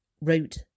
wrote